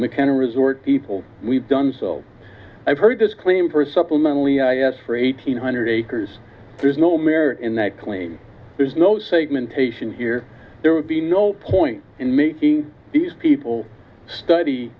mckenna resort people we've done so i've heard this claim for a supplemental for eight hundred acres there's no merit in that claim there's no segmentation here there would be no point in making these people study